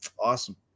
awesome